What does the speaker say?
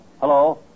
Hello